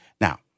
Now